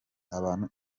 abantu